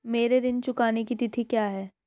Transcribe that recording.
मेरे ऋण चुकाने की तिथि क्या है?